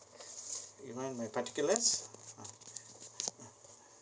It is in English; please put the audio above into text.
you want my particulars ah ah